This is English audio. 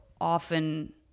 often